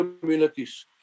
communities